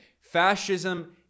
fascism